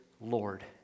Lord